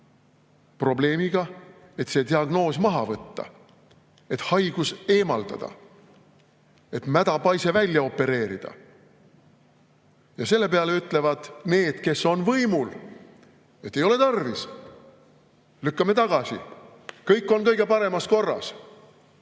probleemiga, et see diagnoos maha võtta, et haigus eemaldada, et mädapaise välja opereerida. Ja selle peale ütlevad need, kes on võimul: "Ei ole tarvis! Lükkame tagasi! Kõik on kõige paremas korras!"